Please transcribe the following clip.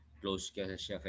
close